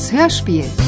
Hörspiel